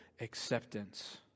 acceptance